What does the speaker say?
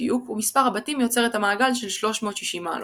בדיוק ומספר הבתים יוצר את המעגל של 360 מעלות.